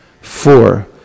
four